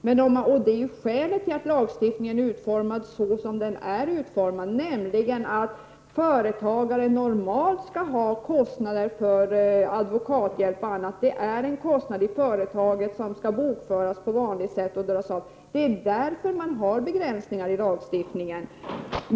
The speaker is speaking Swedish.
Det är skälet till att lagen är utformad som den är, nämligen så att företagare normalt skall ha kostnader för advokathjälp och annat. Det är kostnader i företaget som skall bokföras på vanligt sätt och kunna dras av i deklarationen. Det är därför som det finns begränsningar i lagstiftningen.